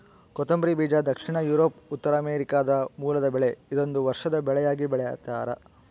ಕೊತ್ತಂಬರಿ ಬೀಜ ದಕ್ಷಿಣ ಯೂರೋಪ್ ಉತ್ತರಾಮೆರಿಕಾದ ಮೂಲದ ಬೆಳೆ ಇದೊಂದು ವರ್ಷದ ಬೆಳೆಯಾಗಿ ಬೆಳ್ತ್ಯಾರ